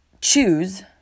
choose